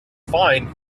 fine